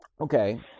Okay